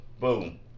boom